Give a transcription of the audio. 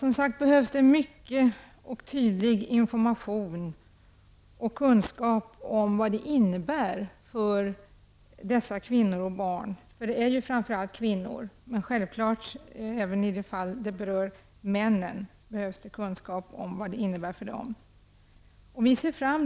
Det behövs som sagt mycken och tydlig information, och det behövs kunskaper om vad det innebär för dessa kvinnor och barn. Framför allt gäller det ju kvinnor, men självfallet behövs det kunskap om vad det innebär för de män som kan bli berörda.